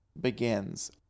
begins